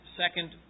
second